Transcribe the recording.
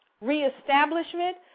Reestablishment